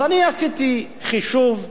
אז אני עשיתי חישוב.